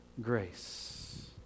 grace